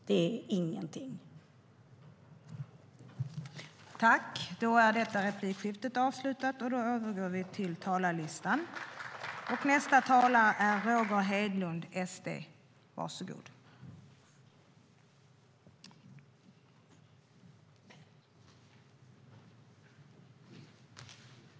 Det är ingenting.